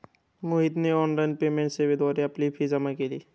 मोहितने online payment सेवेद्वारे आपली फी जमा केली